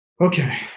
Okay